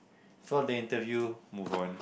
so the interview move on